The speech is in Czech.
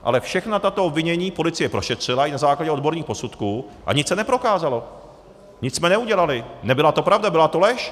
Ale všechna tato obvinění policie prošetřila na základě odborných posudků a nic se neprokázalo, nic jsme neudělali, nebyla to pravda, byla to lež.